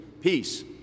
peace